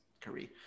career